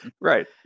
Right